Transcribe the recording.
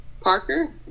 Parker